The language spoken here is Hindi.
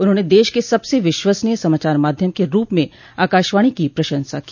उन्होंने देश के सबसे विश्वसनीय समाचार माध्यम के रूप में आकाशवाणी की प्रशंसा की